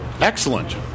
Excellent